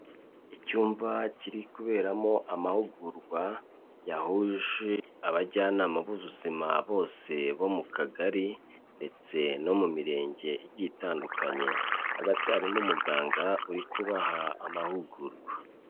Icyumba kiri kuberamo amahugurwa, yahuje abajyanama b'ubuzima bose bo mu kagari, ndetse no mu mirenge igiye itandukanye, hagati harimo umuganga uri kubaha amahugurwa.